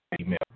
email